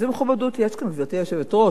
איזה מכובדות יש כאן, גברתי היושבת-ראש?